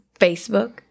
Facebook